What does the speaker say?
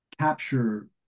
capture